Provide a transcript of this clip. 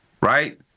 right